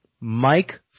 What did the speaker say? Mike